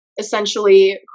essentially